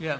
yeah